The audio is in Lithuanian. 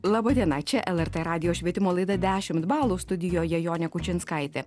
laba diena čia lrt radijo švietimo laida dešimt balų studijoje jonė kučinskaitė